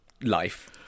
life